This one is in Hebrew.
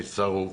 אני שרוף,